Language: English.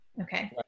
Okay